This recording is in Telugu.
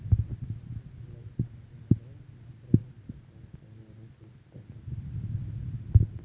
అయితే మల్లయ్య మన భూమిలో నత్రవోని తక్కువ ఉంటే వేరు పుష్టి తగ్గి దిగుబడి బాగా తగ్గిపోతుంది